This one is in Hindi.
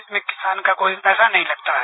इसमें किसान का कोई पैसा नहीं लगता है